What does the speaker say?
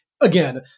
again